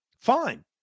Fine